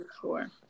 sure